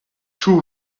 two